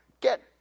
get